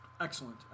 Excellent